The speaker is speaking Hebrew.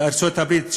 בארצות-הברית,